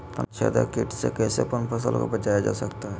तनाछेदक किट से कैसे अपन फसल के बचाया जा सकता हैं?